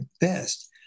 best